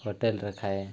ହୋଟେଲରେ ଖାଏ